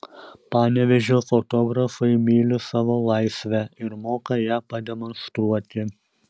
panevėžio fotografai myli savo laisvę ir moka ją pademonstruoti